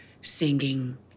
singing